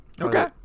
Okay